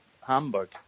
Hamburg